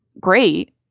great